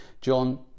john